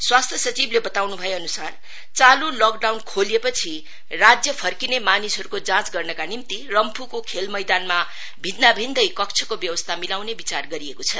स्वास्थ्य सचिवले बताउनु भएअनुसार चालु लकडाउन खोलिएपछि राज्य फर्किने मानिसहरुको जाँच गर्नका निम्ति रम्फुको खेल मैदानमा भिन्दा भिन्दै कक्षको व्यवस्था मिलाउने विचार गरिएको छ